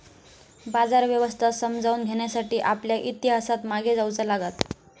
बाजार व्यवस्था समजावून घेण्यासाठी आपल्याक इतिहासात मागे जाऊचा लागात